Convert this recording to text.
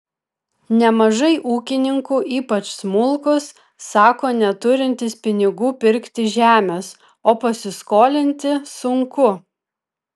nemažai ūkininkų ypač smulkūs sako neturintys pinigų pirkti žemės o pasiskolinti sunku